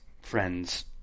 friends